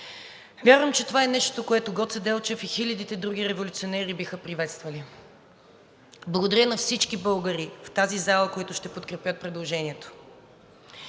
Вярвам, че това е нещото, което Гоце Делчев и хилядите други революционери биха приветствали. Благодаря на всички българи в тази зала, които ще подкрепят предложението!